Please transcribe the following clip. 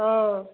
অ'